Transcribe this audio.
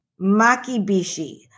makibishi